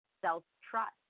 self-trust